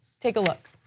take a look.